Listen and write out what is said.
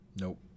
nope